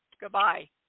Goodbye